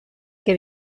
que